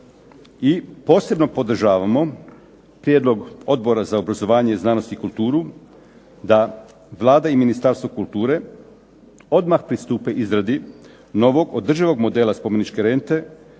I posebno podržavamo prijedlog Odbora za obrazovanje, znanost i kulturu da Vlada i Ministarstvo kulture odmah pristupe izradi novog održivog modela spomeničke rente